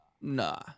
Nah